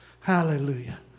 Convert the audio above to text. Hallelujah